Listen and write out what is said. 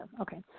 Okay